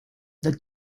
the